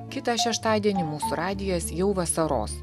kitą šeštadienį mūsų radijas jau vasaros